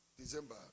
December